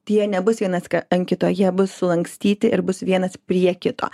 tai jie nebus vienas ant kito jie bus sulankstyti ir bus vienas prie kito